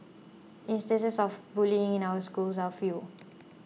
instances of bullying in our schools are few